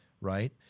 right